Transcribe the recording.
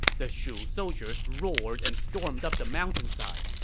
the shu soldiers roared and stormed up the mountainside.